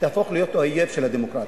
יהפוך להיות האויב של הדמוקרטיה.